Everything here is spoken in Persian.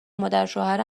مادرشوهر